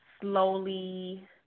slowly